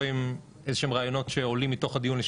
עם איזה שהם רעיונות שעולים מתוך הדיון.